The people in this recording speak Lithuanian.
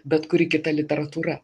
bet kuri kita literatūra